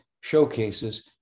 showcases